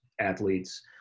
athletes